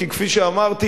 כי כפי שאמרתי,